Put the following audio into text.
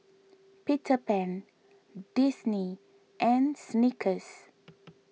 Peter Pan Disney and Snickers